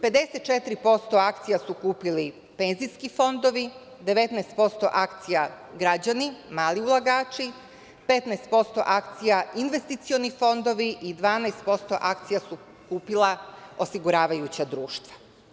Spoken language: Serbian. Pedeset četiri posto akcija su kupili penzijski fondovi, 19% akcija građani, mali ulagači, 15% akcija investicioni fondovi i 12% akcija su kupila osiguravajuća društva.